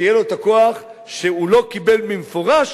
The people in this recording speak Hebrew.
שיהיה לו הכוח שהוא לא קיבל במפורש